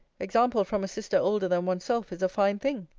example from a sister older than one's self is a fine thing.